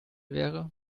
wäre